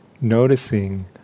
noticing